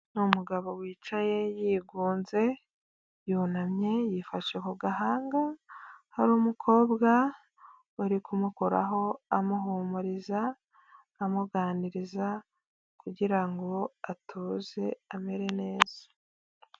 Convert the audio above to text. Umugabo wicaye yigunze, yunamye yifashe ku gahanga, hari umukobwa uri kumukoraho amuhumuriza, amuganiriza, kugira ngo atuze amere neza.